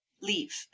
leave